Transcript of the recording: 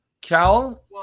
cal